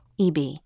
EB